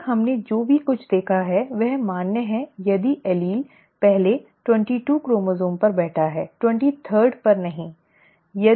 अब तक हमने जो कुछ भी देखा है वह मान्य है यदि एलील पहले 22 क्रोमसोम्स पर बैठता है 23 वें पर नहीं